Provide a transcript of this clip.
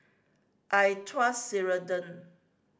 I trust Ceradan